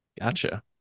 Gotcha